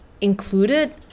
included